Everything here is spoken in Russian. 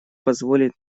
позволит